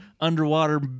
underwater